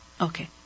Okay